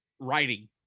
writing